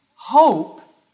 Hope